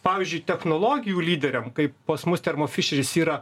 pavyzdžiui technologijų lyderiam kaip pas mus termofišeris yra